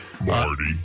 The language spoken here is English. Marty